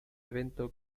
evento